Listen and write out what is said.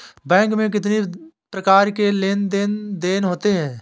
Bank में कितनी प्रकार के लेन देन देन होते हैं?